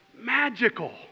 magical